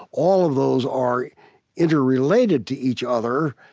all of those are interrelated to each other,